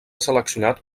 seleccionat